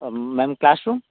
ma'am class room